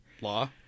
Law